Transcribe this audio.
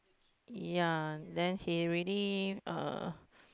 ya then he really uh